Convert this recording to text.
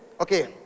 Okay